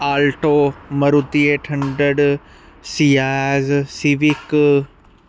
alto Maruti eight hundred Ciaz civic